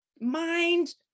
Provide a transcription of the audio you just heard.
Mind